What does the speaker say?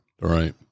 Right